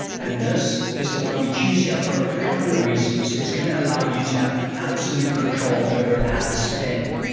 and this is the one we choose here for a couple of reasons. it's going to allow you to have absolute control over ad spend,